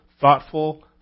thoughtful